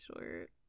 short